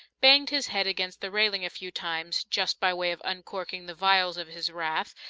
banged his head against the railing a few times, just by way of uncorking the vials of his wrath,